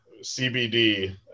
CBD